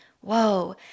Whoa